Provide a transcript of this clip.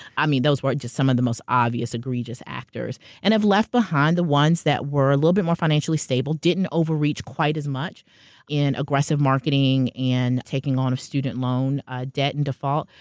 those were just some of the most obvious, egregious actors. and have left behind the ones that were a little bit more financially stable, didn't overreach quite as much in aggressive marketing and taking on of student loan ah debt and default.